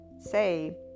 say